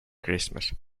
christmas